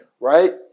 right